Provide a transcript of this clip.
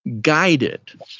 guided